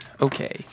Okay